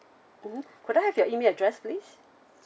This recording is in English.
mmhmm could I have your email address please